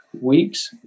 weeks